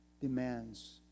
demands